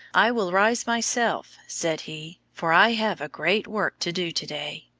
i will rise myself, said he, for i have a great work to do to-day.